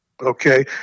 Okay